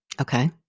Okay